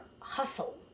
hustle